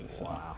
Wow